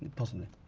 possibly.